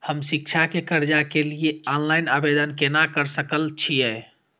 हम शिक्षा के कर्जा के लिय ऑनलाइन आवेदन केना कर सकल छियै?